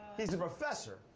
he's a professor.